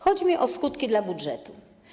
Chodzi mi o skutki dla budżetu.